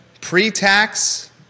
pre-tax